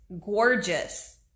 gorgeous